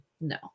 No